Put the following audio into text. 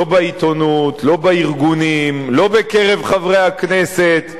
לא בעיתונות, לא בארגונים, לא בקרב חברי הכנסת.